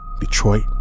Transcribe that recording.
Detroit